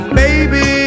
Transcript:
baby